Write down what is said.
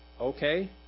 Okay